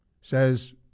says